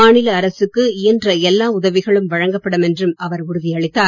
மாநில அரசுக்கு இயன்ற எல்லா உதவிகளும் வழங்கப்படும் என்றும் அவர் உறுதியளித்தார்